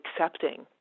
accepting